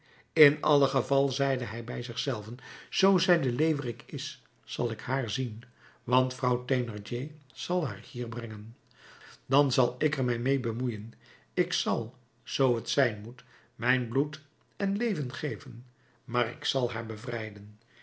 in allen geval zeide hij bij zich zelven zoo zij de leeuwerik is zal ik haar zien want vrouw thénardier zal haar hier brengen dan zal ik er mij meê bemoeien ik zal zoo t zijn moet mijn bloed en leven geven maar ik zal haar bevrijden